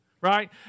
Right